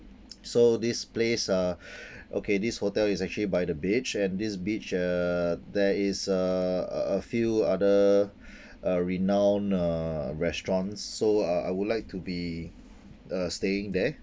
so this place uh okay this hotel is actually by the beach and this beach uh there is uh few other uh renowned uh restaurants so uh I would like to be uh staying there